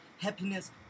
happiness